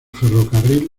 ferrocarril